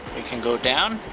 we can go down.